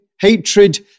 hatred